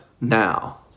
now